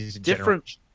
different